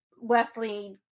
Wesley